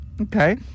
Okay